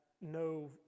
no